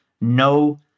no